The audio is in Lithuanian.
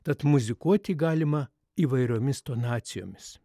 tad muzikuoti galima įvairiomis tonacijomis